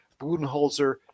Budenholzer